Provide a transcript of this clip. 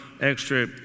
extra